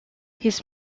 his